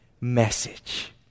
message